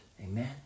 Amen